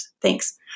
Thanks